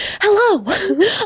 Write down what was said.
Hello